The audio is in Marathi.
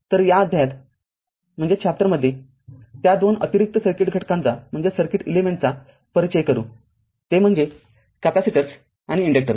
तर या अध्यायात त्या दोन अतिरिक्त सर्किट घटकांचा परिचय करू ते म्हणजे कॅपेसिटर्स आणि इन्डक्टर्स